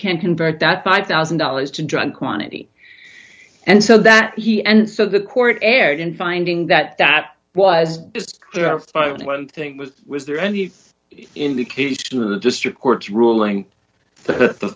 can't convert that five thousand dollars to drug quantity and so that he and so the court erred in finding that that was just there are five wild things was there any indication of the district court ruling th